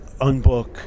unbook